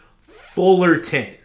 Fullerton